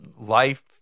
life